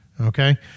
Okay